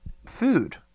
Food